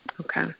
Okay